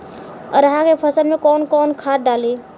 अरहा के फसल में कौन कौनसा खाद डाली?